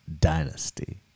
dynasty